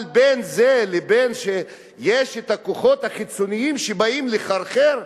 אבל בין זה לבין זה שיש הכוחות החיצוניים שבאים לחרחר?